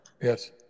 Yes